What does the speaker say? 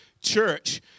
church